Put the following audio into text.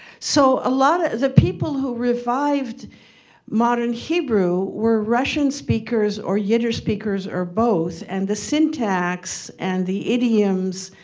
so a lot of the people who revived modern hebrew were russian speakers or yiddish speakers or both and the syntax and the idioms